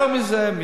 יותר מזה,